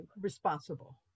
responsible